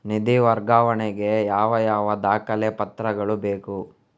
ನಿಧಿ ವರ್ಗಾವಣೆ ಗೆ ಯಾವ ಯಾವ ದಾಖಲೆ ಪತ್ರಗಳು ಬೇಕು?